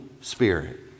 Spirit